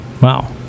Wow